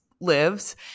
lives